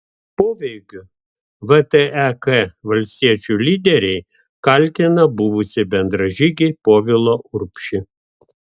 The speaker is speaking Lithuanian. poveikiu vtek valstiečių lyderiai kaltina buvusį bendražygį povilą urbšį